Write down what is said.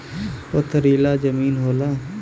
पथरीला जमीन होला